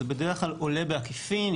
זה בדרך כלל עולה בעקיפין.